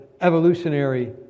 evolutionary